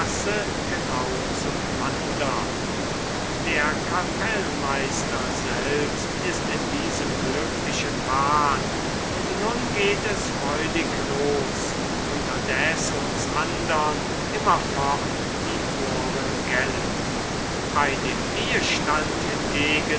zum andern der kapellmeister selbst ist in diesem glücklichen wahn und nun geht es freudig los unterdes uns andern immerfort die ohren gellen bei dem ehestand